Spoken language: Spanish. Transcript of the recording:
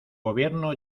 gobierno